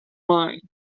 mine